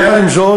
יחד עם זאת,